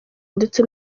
ndetse